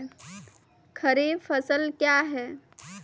खरीफ फसल क्या हैं?